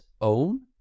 own